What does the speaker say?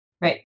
Right